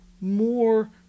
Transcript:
more